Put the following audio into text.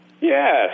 Yes